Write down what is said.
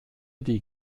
die